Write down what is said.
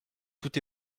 tout